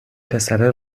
پسره